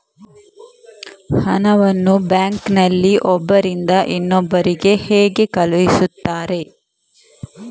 ಹಣವನ್ನು ಬ್ಯಾಂಕ್ ನಲ್ಲಿ ಒಬ್ಬರಿಂದ ಇನ್ನೊಬ್ಬರಿಗೆ ಹೇಗೆ ಕಳುಹಿಸುತ್ತಾರೆ?